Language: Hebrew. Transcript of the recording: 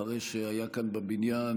אחרי שהיה כאן בבניין,